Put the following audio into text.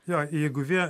jo jeigu vėjo